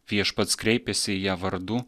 viešpats kreipėsi į ją vardu